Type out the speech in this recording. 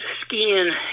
skiing